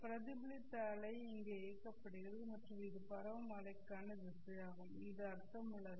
பிரதிபலித்த அலை இங்கே இயக்கப்படுகிறது மற்றும் இது பரவும் அலைக்கான திசையாகும் இது அர்த்தமுள்ளதா